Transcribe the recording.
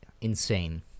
Insane